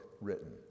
written